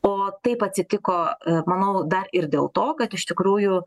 o taip atsitiko manau dar ir dėl to kad iš tikrųjų